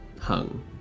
hung